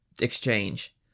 exchange